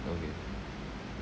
okay